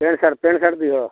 pant shirt pant shirt ଦୁଇହଳ